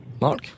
Mark